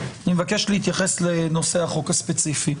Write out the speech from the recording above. אני מבקש להתייחס לחוק הספציפי.